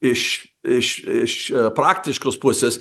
iš iš iš praktiškos pusės